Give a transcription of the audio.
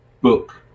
book